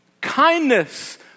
kindness